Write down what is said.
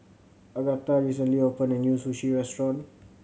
Agatha recently opened a new Sushi Restaurant